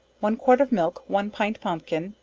one quart of milk, one pint pompkin,